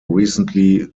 recently